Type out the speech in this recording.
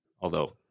Although-